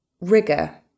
rigor